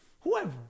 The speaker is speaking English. whoever